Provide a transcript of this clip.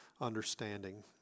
understanding